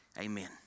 amen